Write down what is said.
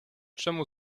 czemu